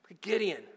Gideon